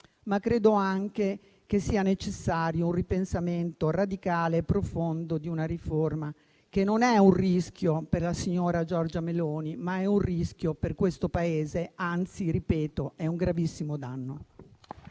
ma credo anche che sia necessario un ripensamento radicale e profondo di una riforma che non è un rischio per la signora Giorgia Meloni, ma è un rischio per questo Paese, anzi - ripeto - è un gravissimo danno.